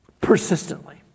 persistently